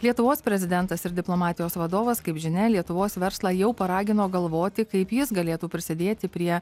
lietuvos prezidentas ir diplomatijos vadovas kaip žinia lietuvos verslą jau paragino galvoti kaip jis galėtų prisidėti prie